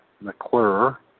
McClure